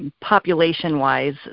population-wise